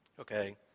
Okay